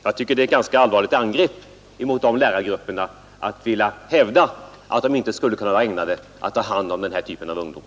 Jag tycker det är ett ganska allvarligt angrepp mot de lärargrupperna att vilja hävda att de inte skulle kunna vara ägnade att ta hand om den här typen av ungdom.